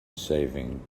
saving